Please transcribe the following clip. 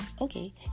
okay